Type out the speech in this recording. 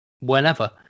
whenever